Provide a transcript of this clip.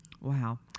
Wow